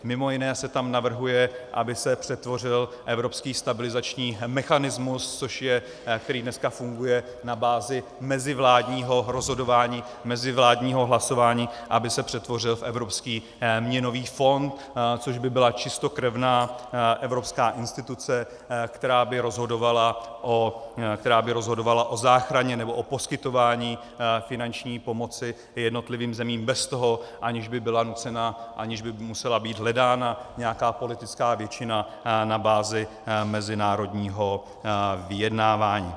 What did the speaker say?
Mimo jiné se tam navrhuje, aby se přetvořil evropský stabilizační mechanismus, který dneska funguje na bázi mezivládního rozhodování, mezivládního hlasování, aby se přetvořil v Evropský měnový fond, což by byla čistokrevná evropská instituce, která by rozhodovala o záchraně nebo o poskytování finanční pomoci jednotlivým zemím bez toho, aniž by byla nucena, aniž by musela být hledána nějaká politická většina na bázi mezinárodního vyjednávání.